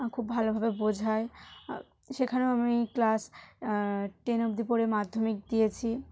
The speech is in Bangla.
আর খুব ভালোভাবে বোঝায় সেখানেও আমি ক্লাস টেন অবধি পড়ে মাধ্যমিক দিয়েছি